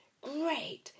Great